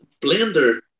Blender